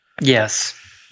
Yes